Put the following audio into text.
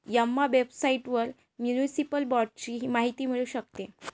Emma वेबसाइटवर municipal बाँडची माहिती मिळू शकते